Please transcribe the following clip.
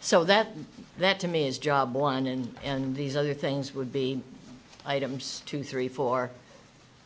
so that that to me is job one and and these other things would be items two three four